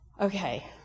Okay